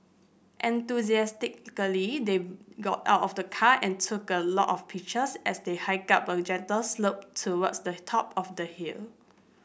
enthusiastically they got out of the car and took a lot of pictures as they hiked up a gentle slope towards the top of the hill